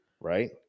right